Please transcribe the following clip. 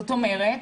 זאת אומרת,